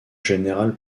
général